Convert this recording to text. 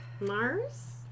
Mars